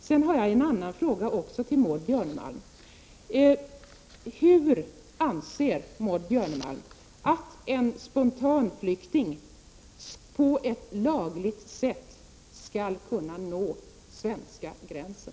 Sedan har jag också en annan fråga till Maud Björnemalm: Hur anser Maud Björnemalm att en spontanflykting på ett lagligt sätt skall kunna nå svenska gränsen?